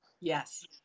Yes